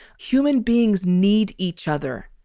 human beings need each other.